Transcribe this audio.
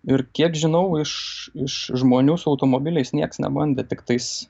ir kiek žinau iš iš žmonių su automobiliais nieks nebandė tiktais